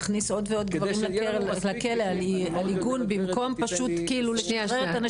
נכניס עוד ועוד גברים לכלא על עיגון במקום פשוט לשחרר את הנשים.